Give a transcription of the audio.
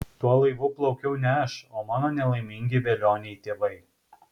tuo laivu plaukiau ne aš o mano nelaimingi velioniai tėvai